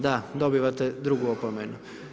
Da, dobivate drugu opomenu.